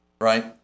right